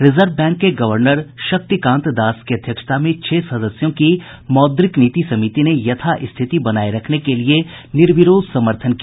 reserve bank के governor Shaktikanta Das की अध्यक्षता में छह सदस्यों की मौद्रिक नीति समिति ने यथारिथिति बनाए रखने के लिए निर्विरोध समर्थन किया